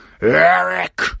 Eric